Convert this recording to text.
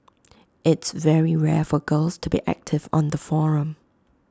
it's very rare for girls to be active on the forum